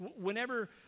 Whenever